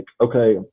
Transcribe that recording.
okay